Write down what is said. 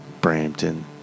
Brampton